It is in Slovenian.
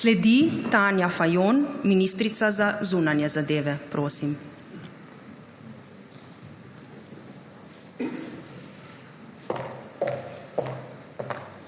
Sledi Tanja Fajon, ministrica za zunanje zadeve. Prosim.